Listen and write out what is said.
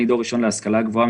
אני דור ראשון להשכלה גבוהה.